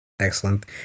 Excellent